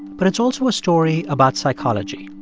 but it's also a story about psychology.